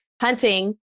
hunting